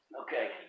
okay